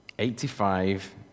Eighty-five